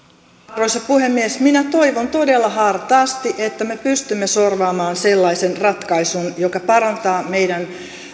arvoisa puhemies minä toivon todella hartaasti että me pystymme sorvaamaan sellaisen ratkaisun joka parantaa meidän